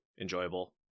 enjoyable